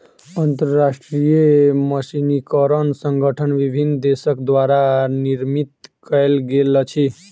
अंतरराष्ट्रीय मानकीकरण संगठन विभिन्न देसक द्वारा निर्मित कयल गेल अछि